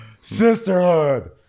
Sisterhood